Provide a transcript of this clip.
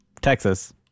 Texas